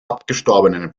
abgestorbenen